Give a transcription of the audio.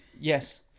Yes